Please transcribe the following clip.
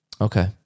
Okay